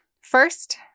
First